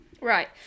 Right